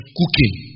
cooking